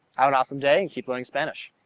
have an awesome day and keep learning spanish.